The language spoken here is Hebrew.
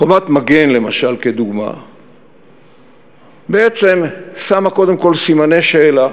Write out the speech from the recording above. "חומת מגן", למשל, בעצם שמה קודם כול סימני שאלה